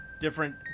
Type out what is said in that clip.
different